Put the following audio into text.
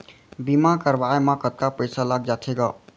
बीमा करवाए म कतका पइसा लग जाथे गा?